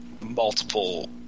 multiple